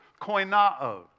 koina'o